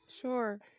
Sure